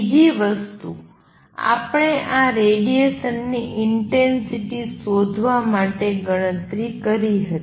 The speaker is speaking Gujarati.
બીજી વસ્તુ આપણે આ રેડીએશનની ઇંટેંસિટી શોધવા માટે ગણતરી કરી હતી